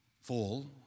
fall